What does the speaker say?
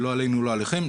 לא עלינו ולא עליכם,